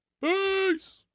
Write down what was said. Peace